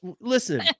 listen